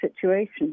situation